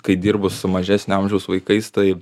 kai dirbu su mažesnio amžiaus vaikais tai